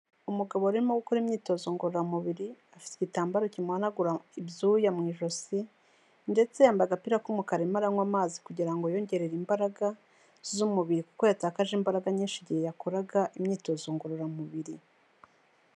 Umugabo arimo gukora imyitozo ngororamubiri, afite igitambaro kimuhanagura ibyuya mu ijosi ndetse yambaye agapira k'umukara, arimo aranywa amazi kugira ngo yiyongerere imbaraga z'umubiri, kuko yatakaje imbaraga nyinshi igihe yakoraga imyitozo ngororamubiri.